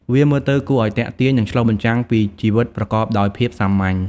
វាមើលទៅគួរឱ្យទាក់ទាញ និងឆ្លុះបញ្ចាំងពីជីវិតប្រកបដោយភាពសាមញ្ញ។